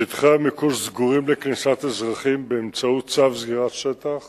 שטחי המיקוש סגורים לכניסת אזרחים באמצעות צו סגירת שטח